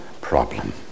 problem